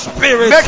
Spirit